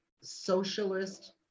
socialist